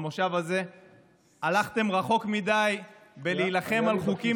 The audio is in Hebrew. במושב הזה הלכתם רחוק מדי בלהילחם על חוקים